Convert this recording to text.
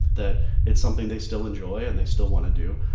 that it's something they still enjoy and they still want to do.